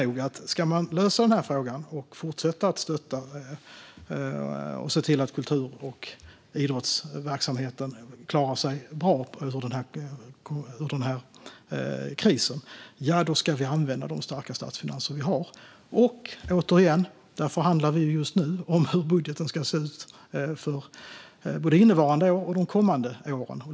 Om vi ska lösa den här frågan och fortsätta stötta och se till att kultur och idrottsverksamheten klarar sig ur den här krisen på ett bra sätt menar jag nog att vi ska använda de starka statsfinanser vi har. Återigen, vi förhandlar just nu om hur budgeten ska se ut för både innevarande och kommande år.